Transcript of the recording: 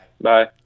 Bye